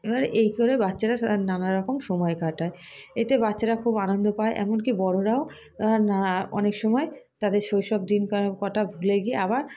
এবার এই করে বাচ্চারা সা নানা রকম সময় কাটায় এতে বাচ্চারা খুব আনন্দ পায় এমনকি বড়োরাও না অনেক সময় তাদের শৈশব দিনকার কটা ভুলে গিয়ে আবার